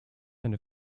eine